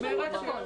יש פרוטוקול.